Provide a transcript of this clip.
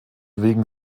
wegen